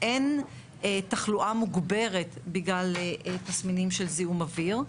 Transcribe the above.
אין תחלואה מוגברת בגלל תסמינים של זיהום אוויר.